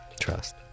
Trust